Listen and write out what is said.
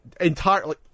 entirely